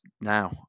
now